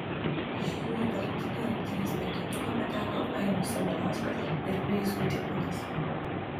iš jų į galutinį rinktinės penketuką pateko ainius sabaliauskas ir pijus vaitiekūnas